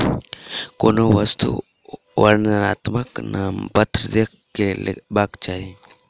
कोनो वस्तु वर्णनात्मक नामपत्र देख के लेबाक चाही